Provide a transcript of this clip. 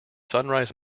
sunrise